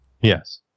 Yes